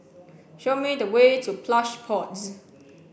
show me the way to Plush Pods